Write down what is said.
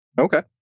Okay